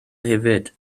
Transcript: hefyd